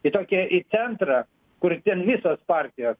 į tokį į centrą kur ten visos partijos